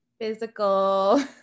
Physical